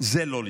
זה לא לזכותך.